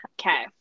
Okay